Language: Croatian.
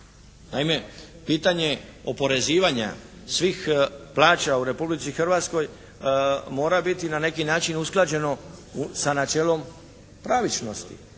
Naime, pitanje oporezivanja svih plaća u Republici Hrvatskoj mora biti na neki način usklađeno sa načelom pravičnosti